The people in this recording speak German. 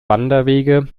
wanderwege